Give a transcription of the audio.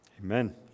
Amen